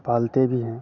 पालते भी हैं